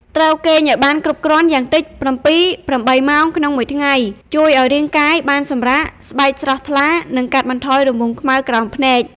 ត្រូវគេងឱ្យបានគ្រប់គ្រាន់យ៉ាងតិច ៧-៨ ម៉ោងក្នុងមួយថ្ងៃ ជួយឱ្យរាងកាយបានសម្រាក ស្បែកស្រស់ថ្លា និងកាត់បន្ថយរង្វង់ខ្មៅក្រោមភ្នែក ។